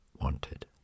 wanted